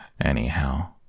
anyhow